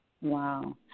Wow